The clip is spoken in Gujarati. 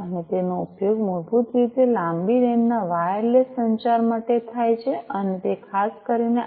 અને તેનો ઉપયોગ મૂળભૂત રીતે લાંબી રેન્જ ના વાયરલેસ સંચાર માટે થાય છે અને તે ખાસ કરીને